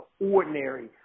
ordinary